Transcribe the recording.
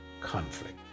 conflict